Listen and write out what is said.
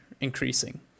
increasing